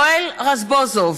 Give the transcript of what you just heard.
מוסי רז, מצביע יואל רזבוזוב,